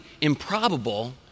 improbable